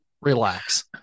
relax